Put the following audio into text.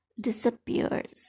disappears